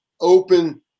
open